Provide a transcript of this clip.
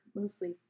mostly